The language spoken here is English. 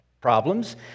problems